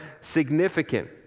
significant